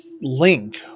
link